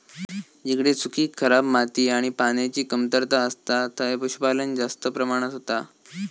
जिकडे सुखी, खराब माती आणि पान्याची कमतरता असता थंय पशुपालन जास्त प्रमाणात होता